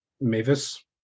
Mavis